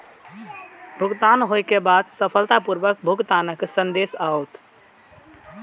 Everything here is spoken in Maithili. भुगतान होइ के बाद सफलतापूर्वक भुगतानक संदेश आओत